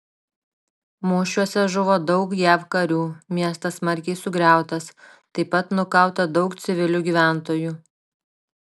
mūšiuose žuvo daug jav karių miestas smarkiai sugriautas taip pat nukauta daug civilių gyventojų